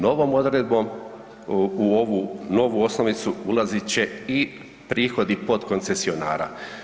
Novom odredbom u ovu novu osnovicu ulazit će i prihodi potkoncesionara.